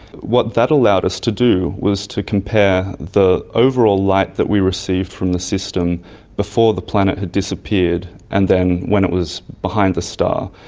what that allowed us to do was to compare the overall light that we received from the system before the planet had disappeared, and then when it was behind the star,